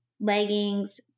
leggings